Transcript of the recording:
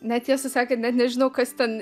ne tiesą sakant net nežinau kas ten